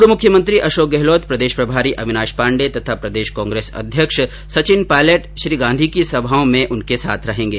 पूर्व मुख्यमंत्री अशोक गहलोत प्रदेश प्रभारी ैअविनाश पांडे तथा प्रदेश कांग्रेस अध्यक्ष सचिन पायलट श्री गांधी की सभी सभाओं में उनके साथ रहेंगे